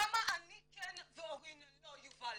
למה אני כן ואורין לא, יובל?